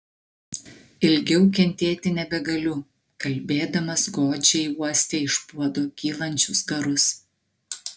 ilgiau kentėti nebegaliu kalbėdamas godžiai uostė iš puodo kylančius garus